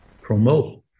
promote